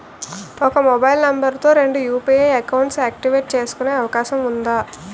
ఒక mobile number తో రెండు యు.పి.ఐ అకౌంట్స్ యాక్టివేట్ చేసుకునే అవకాశం వుందా?